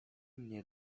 mnie